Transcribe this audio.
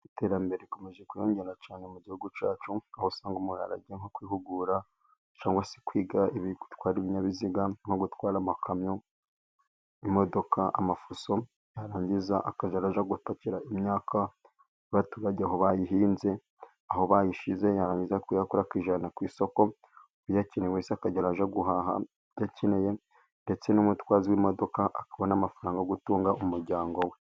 Iterambere rikomeje kwiyongera cyane mu gihugu cyacu, aho usanga umuturage nko kwihugura cyangwa se kwiga gubitwara ibinyabiziga, nko gutwara amakamyo ,imodoka, amafuso yarangiza akajya arajya gupakira imyaka yabaturage, aho bayihinze, aho bayishize yarangiza ayijyana ku isoko uyineye wese akajya arajya guhaha ibyo akeneye, ndetse n'umutwaza w'imodoka akabona n'amafaranga yo gutunga umuryango we.